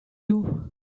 you